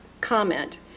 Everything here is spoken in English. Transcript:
comment